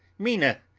mina,